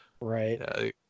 Right